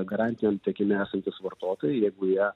garantiniam tiekime esantys vartotojai jeigu jie